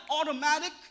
automatic